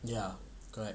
ya correct